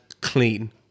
Clean